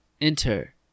Enter